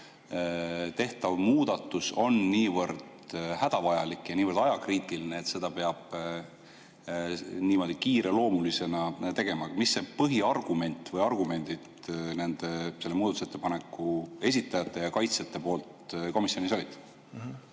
tehtav muudatus on niivõrd hädavajalik ja niivõrd ajakriitiline, et seda peab niimoodi kiireloomulisena tegema? Mis see põhiargument oli või mis need argumendid selle muudatusettepaneku esitajatel ja kaitsjatel komisjonis olid?